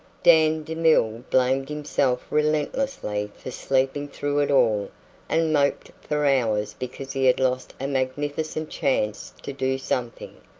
dan demille blamed himself relentlessly for sleeping through it all and moped for hours because he had lost a magnificent chance to do something.